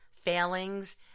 failings